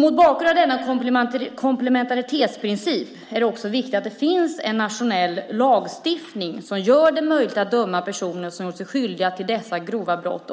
Mot bakgrund av denna komplementaritetsprincip är det viktigt att det finns en nationell lagstiftning som gör det möjligt att också i nationella domstolar döma personer som har gjort sig skyldiga till dessa grova brott.